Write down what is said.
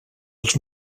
els